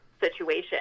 situation